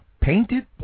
Painted